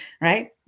right